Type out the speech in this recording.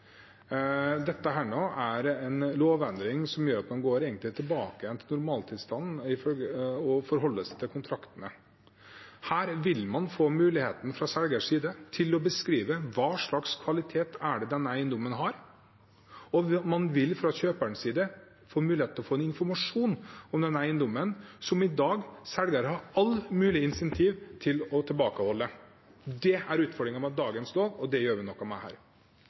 Dette er en lovendring som gjør at en går tilbake til normaltilstanden og forholder seg til kontraktene. Her vil man få mulighet fra selgerens side til å beskrive hva slags kvalitet denne eiendommen har, og man vil fra kjøperens side få mulighet til å få informasjon om denne eiendommen, som selgeren i dag har alle mulige incentiver til å tilbakeholde. Det er utfordringen med dagens lov, og det gjør vi noe med her.